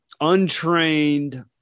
untrained